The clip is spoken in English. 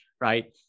right